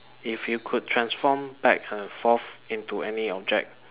if you could transform back and forth into any object